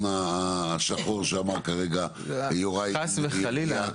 השחור שאמר כרגע יוראי --- חס וחלילה.